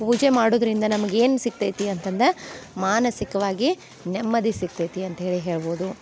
ಪೂಜೆ ಮಾಡೋದ್ರಿಂದ ನಮ್ಗೆ ಏನು ಸಿಗ್ತೈತಿ ಅಂತಂದು ಮಾನಸಿಕವಾಗಿ ನೆಮ್ಮದಿ ಸಿಗ್ತೈತಿ ಅಂತ ಹೇಳಿ ಹೇಳ್ಬೋದು